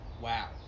Wow